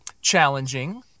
challenging